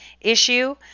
issue